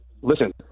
Listen